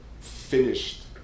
finished